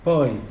Poi